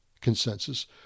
consensus